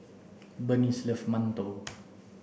bernice loves mantou